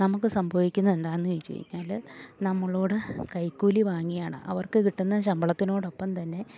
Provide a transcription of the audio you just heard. നമുക്ക് സംഭവിക്കുന്നത് എന്താണെന്ന് ചോദിച്ചുകഴിഞ്ഞാൽ നമ്മളോട് കൈക്കൂലി വാങ്ങിയാണ് അവർക്ക് കിട്ടുന്ന ശമ്പളത്തിനോടൊപ്പം തന്നെ